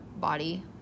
body